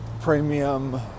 premium